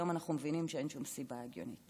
היום אנחנו מבינים שאין שום סיבה הגיונית